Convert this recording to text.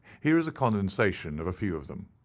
here is a condensation of a few of them